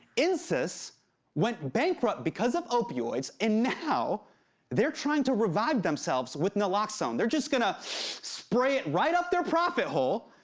insys went bankrupt because of opioids, and now they're trying to revive themselves with naloxone. they're just gonna spray it right up their profit hole,